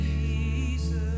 Jesus